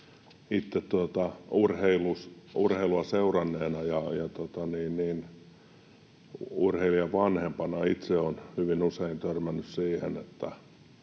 Itse urheilua seuranneena ja urheilijan vanhempana olen hyvin usein törmännyt siihen,